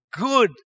good